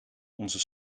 onze